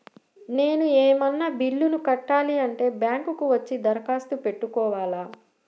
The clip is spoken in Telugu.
నేను ఏమన్నా బిల్లును కట్టాలి అంటే బ్యాంకు కు వచ్చి దరఖాస్తు పెట్టుకోవాలా?